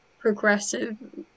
progressive